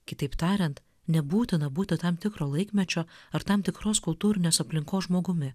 kitaip tariant nebūtina būti tam tikro laikmečio ar tam tikros kultūrinės aplinkos žmogumi